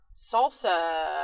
salsa